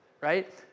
Right